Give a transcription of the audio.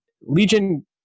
Legion